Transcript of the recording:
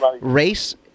race